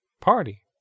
Party